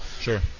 Sure